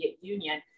Union